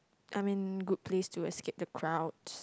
I mean good place to escape the crowd